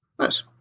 Nice